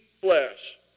flesh